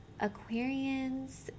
aquarians